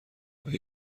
آیا